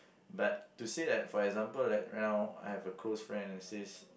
but to say that for example like now I have a close friend that says